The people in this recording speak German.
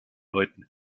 läuten